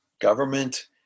government